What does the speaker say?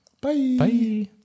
bye